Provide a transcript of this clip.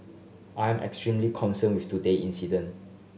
I am extremely concerned with today incident